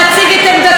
לא האמנו,